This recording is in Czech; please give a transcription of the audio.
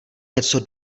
něco